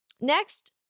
Next